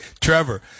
Trevor